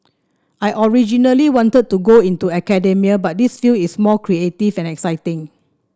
I originally wanted to go into academia but this field is more creative and exciting